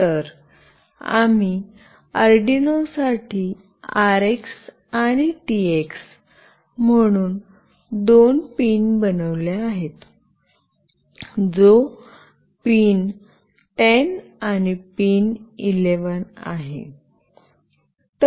तर आम्ही अर्डिनो साठी आरएक्स आणि टीएक्स म्हणून दोन पिन बनवल्या आहेत जो पिन 10 आणि पिन 11 आहे